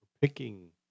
picking